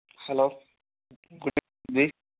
hello good evening అండి